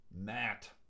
Matt